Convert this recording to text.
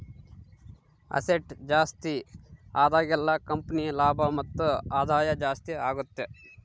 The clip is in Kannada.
ಅಸೆಟ್ ಜಾಸ್ತಿ ಆದಾಗೆಲ್ಲ ಕಂಪನಿ ಲಾಭ ಮತ್ತು ಆದಾಯ ಜಾಸ್ತಿ ಆಗುತ್ತೆ